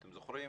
אתם זוכרים?